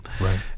right